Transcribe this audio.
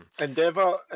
Endeavour